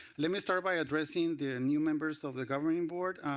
let me start by addressing the new members of the governing board.